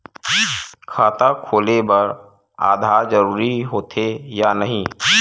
खाता खोले बार आधार जरूरी हो थे या नहीं?